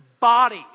body